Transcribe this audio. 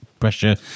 pressure